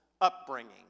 upbringing